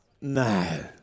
No